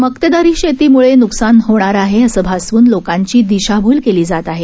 मक्तेदारी शेतीमुळे नुकसान होणार आहे असं भासवून लोकांची दिशाभूल केली जात आहे